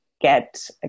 get